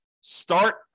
Start